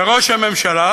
וראש הממשלה